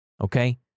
Okay